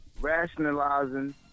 rationalizing